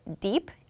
deep